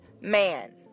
man